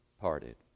parted